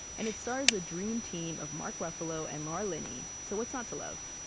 and it stars the dream team of mark ruffalo and laura linney, so what's not to love?